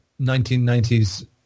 1990s